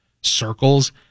circles